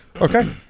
Okay